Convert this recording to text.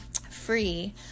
free